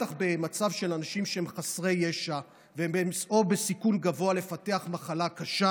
בטח במצב של אנשים שהם חסרי ישע או בסיכון גבוה לפתח מחלה קשה.